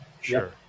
Sure